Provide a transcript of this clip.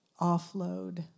offload